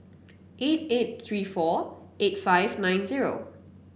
eight eight three four eight five nine zero